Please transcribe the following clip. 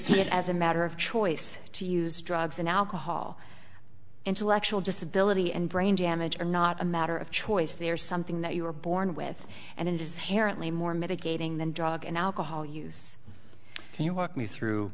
see it as a matter of choice to use drugs and alcohol intellectual disability and brain damage are not a matter of choice they're something that you were born with and it is haron lean more mitigating than drug and alcohol use can you walk me through